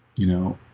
you know,